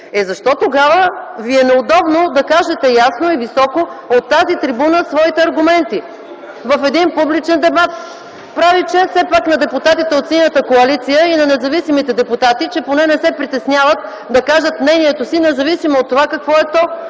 Е, защо тогава ви е неудобно да кажете ясно и високо своите аргументи от тази трибуна в един публичен дебат? Прави чест все пак на депутатите от Синята коалиция и на независимите депутати, че поне не се притесняват да кажат мнението си, независимо от това какво е то.